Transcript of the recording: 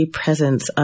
presence